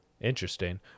Interesting